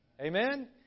Amen